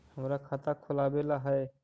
हमरा खाता खोलाबे ला है?